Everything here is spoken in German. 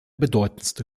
bedeutendste